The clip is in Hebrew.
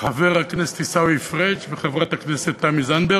חבר הכנסת עיסאווי פריג' וחברת הכנסת תמי זנדברג,